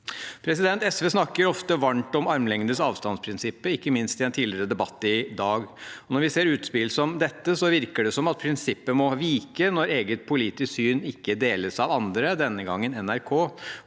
SV snakker ofte varmt om armlengdes avstandprinsippet, ikke minst i en tidligere debatt i dag. Når vi ser utspill som dette, virker det som at prinsippet må vike når eget politisk syn ikke deles av andre – denne gangen NRK.